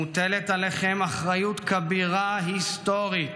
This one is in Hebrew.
מוטלת עליכם אחריות כבירה היסטורית